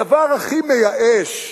הדבר הכי מייאש,